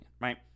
right